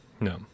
No